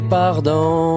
pardon